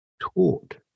taught